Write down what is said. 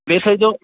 بیٚیہِ تھٲیزیو